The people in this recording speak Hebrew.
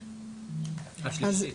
השלישית.